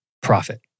profit